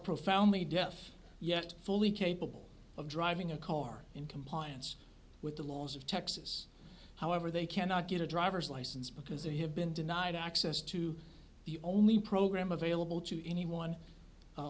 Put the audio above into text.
profoundly deaf yet fully capable of driving a car in compliance with the laws of texas however they cannot get a driver's license because they have been denied access to the only program available to anyone